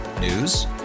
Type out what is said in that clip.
News